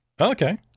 Okay